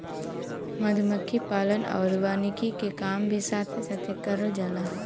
मधुमक्खी पालन आउर वानिकी के काम भी साथे साथे करल जाला